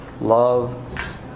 love